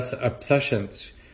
obsessions